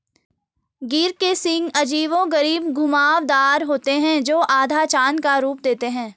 गिर के सींग अजीबोगरीब घुमावदार होते हैं, जो आधा चाँद का रूप देते हैं